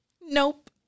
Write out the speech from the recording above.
Nope